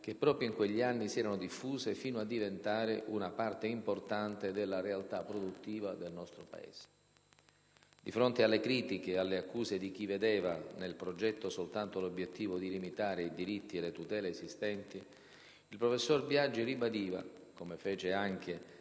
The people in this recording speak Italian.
che proprio in quegli anni si erano diffuse fino a diventare una parte importante della realtà produttiva del nostro Paese. Di fronte alle critiche e alle accuse di chi vedeva nel progetto soltanto l'obiettivo di limitare i diritti e le tutele esistenti, il professor Biagi ribadiva (come fece anche